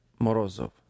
morozov